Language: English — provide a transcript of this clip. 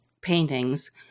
paintings